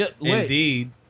Indeed